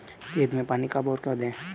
खेत में पानी कब और क्यों दें?